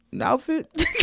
outfit